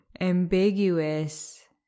ambiguous